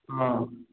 হ্যাঁ